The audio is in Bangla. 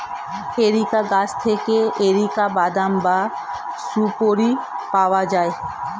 এরিকা গাছ থেকে এরিকা বাদাম বা সুপোরি পাওয়া যায়